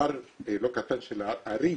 במספר לא קטן של ערים